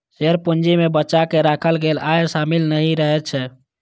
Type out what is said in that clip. share पूंजी मे बचा कें राखल गेल आय शामिल नहि रहै छै